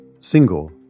single